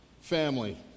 family